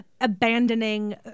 abandoning